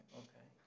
okay